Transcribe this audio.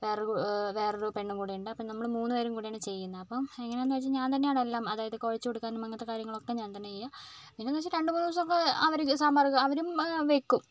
വേറൊരു വേറൊരു പെണ്ണും കൂടെയുണ്ട് അപ്പം നമ്മൾ മൂന്ന് പേരും കൂടെയാണ് ചെയ്യുന്നത് അപ്പം എങ്ങനെയാണെന്ന് വെച്ചാൽ എല്ലാം ഞാൻ തന്നെയാണ് അതായത് കുഴച്ച് കൊടുക്കാനും അങ്ങനത്തെ കാര്യങ്ങളൊക്കെ ഞാൻ തന്നെ ചെയ്യും പിന്നെ എന്ന് വെച്ച് രണ്ട് മൂന്ന് ദിവസം ഒക്കെ അവർ ഒക്കെ സാമ്പാർ ഒക്കെ അവരും വയ്ക്കും